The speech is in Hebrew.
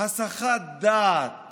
הסחת דעת